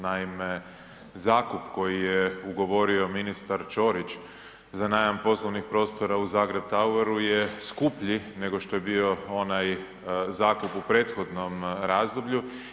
Naime, zakup koji je ugovorio ministar Ćorić za najam poslovnih prostora u Zagreb Tower je skuplji nego što je bio onaj zakup u prethodnom razdoblju.